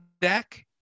Deck